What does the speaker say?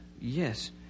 Yes